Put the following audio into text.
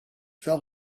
felt